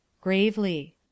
Gravely